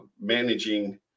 managing